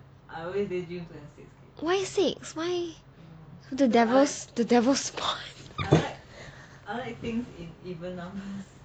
why six why the devil's devil's spawn